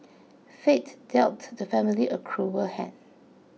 fate dealt the family a cruel hand